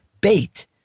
bait